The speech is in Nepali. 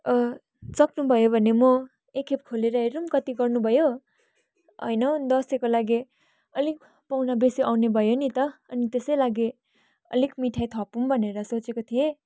सक्नुभयो भने म एकखेप खोलेर हेरौँ कति गर्नुभयो होइन हौ दसैँको लागि अलिक पाहुना बेसी आउने भयो नि त अनि त्यसै लागि अलिक मिठाई थपौँ भनेर सोचेको थिएँ